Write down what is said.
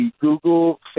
Google